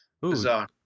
bizarre